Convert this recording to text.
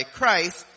Christ